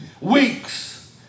weeks